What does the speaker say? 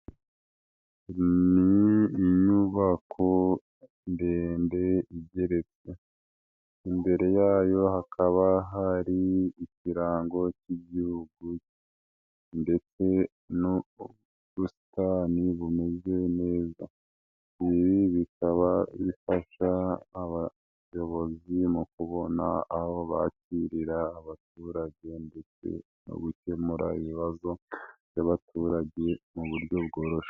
Ni inyubako ndende igeretse. Imbere yayo hakaba hari ikirango cy'Igihugu ndetse n'ubusitani bumeze neza. Ibi bikaba bifasha abayobozi mu kubona aho bakirira abaturage ndetse no gukemura ibibazo by'abaturage mu buryo bworoshye.